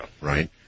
Right